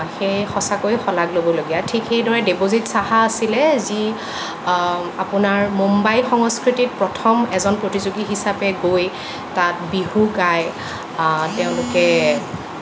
সেয়া সঁচাকৈ শলাগ ল'বলগীয়া ঠিক সেইদৰে দেৱজিৎ সাহা আছিলে যি আপোনাৰ মুম্বাই সংস্কৃতিত প্ৰথম এজন প্ৰতিযোগী হিচাপে গৈ তাত বিহু গাই তেওঁলোকে